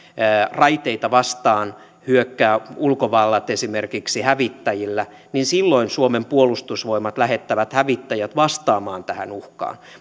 raiteita vastaan hyökkää ulkomailta esimerkiksi hävittäjillä niin silloin suomen puolustusvoimat lähettää hävittäjät vastaamaan tähän uhkaan